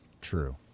true